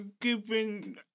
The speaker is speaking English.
giving